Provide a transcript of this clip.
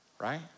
right